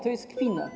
To jest kpina.